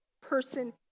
person